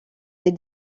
les